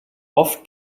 oft